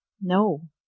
No